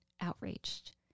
outraged